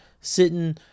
sitting